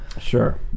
Sure